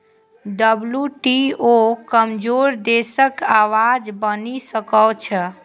WTO कमजोर देशक आवाज बनि सकै छै